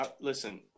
Listen